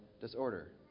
disorder